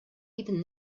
even